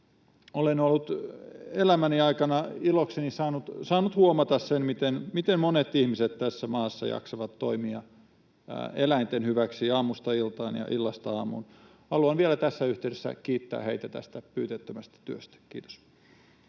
Olen elämäni aikana ilokseni saanut huomata sen, miten monet ihmiset tässä maassa jaksavat toimia eläinten hyväksi aamusta iltaan ja illasta aamuun. Haluan vielä tässä yhteydessä kiittää heitä tästä pyyteettömästä työstä. — Kiitos.